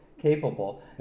Capable